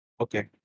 Okay